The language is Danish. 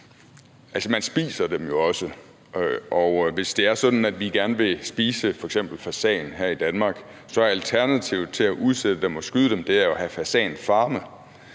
og hvis det er sådan, at vi gerne vil spise f.eks. fasan her i Danmark, er alternativet til at udsætte dem og skyde dem jo at have fasanfarme.